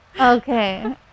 Okay